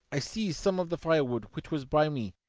i seized some of the firewood which was by me,